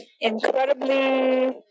incredibly